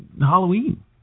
Halloween